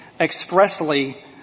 expressly